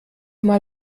mal